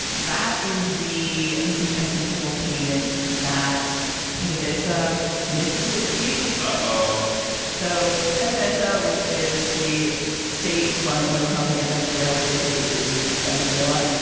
that is the interest and principal payment that pdvsa missed this week. ah so pdvsa which is the state run oil company. venezuela basically is venezuela.